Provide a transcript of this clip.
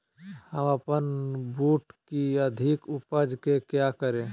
हम अपन बूट की अधिक उपज के क्या करे?